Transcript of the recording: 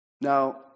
Now